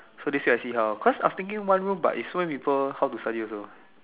so they say I see how because I thinking one room but is so many people how to study also